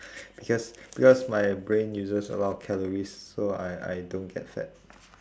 because because my brain uses a lot of calories so I I don't get fat